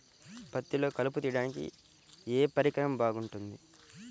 పత్తిలో కలుపు తీయడానికి ఏ పరికరం బాగుంటుంది?